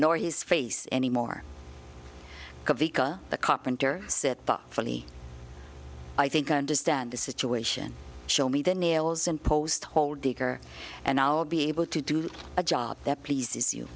nor his face any more the carpenter sit fully i think understand the situation show me the nails and post hole digger and i'll be able to do a job that pleases